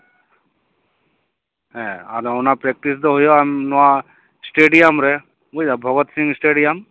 ᱦᱮᱸ ᱟᱫᱚ ᱚᱱᱟ ᱯᱨᱮᱠᱴᱤᱥ ᱫᱚ ᱦᱩᱭᱩᱜᱼᱟ ᱱᱚᱣᱟ ᱥᱴᱮᱰᱤᱭᱟᱢ ᱨᱮ ᱵᱩᱡ ᱮᱫᱟᱢ ᱵᱷᱚᱜᱚᱛ ᱥᱤᱝ ᱥᱴᱮᱰᱤᱭᱟᱢ